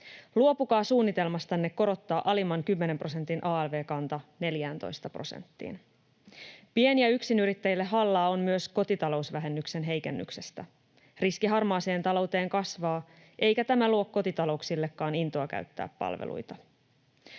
Luopukaa suunnitelmastanne korottaa alimman 10 prosentin alv-kanta 14 prosenttiin. Pien- ja yksinyrittäjille hallaa on myös kotitalousvähennyksen heikennyksestä. Riski harmaaseen talouteen kasvaa, eikä tämä luo kotitalouksillekaan intoa käyttää palveluita.